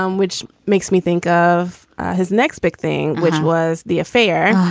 um which makes me think of his next big thing, which was the affair.